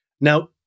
Now